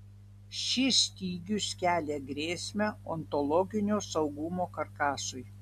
šis stygius kelia grėsmę ontologinio saugumo karkasui